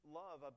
love